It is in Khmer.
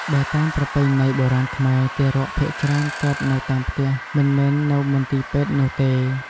បើតាមប្រពៃណីបុរាណខ្មែរ ទារកភាគច្រើនកើតនៅតាមផ្ទះ មិនមែននៅមន្ទីរពេទ្យនោះទេ។